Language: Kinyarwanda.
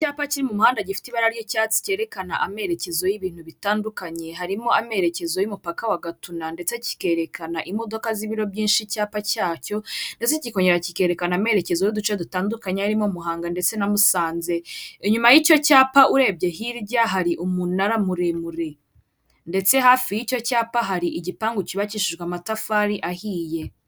Icyapa kiri mu muhanda gifite ibara ry'icyatsi cyerekana amerekezo y'ibintu bitandukanye, harimo amerekezo y'umupaka wa gatuna ndetse cyerekana imodoka z'ibiro byinshi icyapa cyazo, kikongera kikerekana amerekezo y'uduce dutandukanye harimo Muhanga ndetse na Musanze inyuma y'icyo cyapa urebye hirya hari umunara muremure ndetse hafi y'icyo cyapa hari igipangu cyubakishijwe amatafari ahiye.